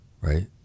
Right